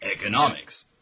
economics